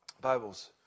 Bibles